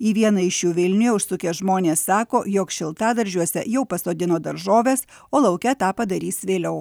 į vieną iš jų vilniuje užsukę žmonės sako jog šiltadaržiuose jau pasodino daržoves o lauke tą padarys vėliau